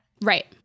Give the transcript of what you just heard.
Right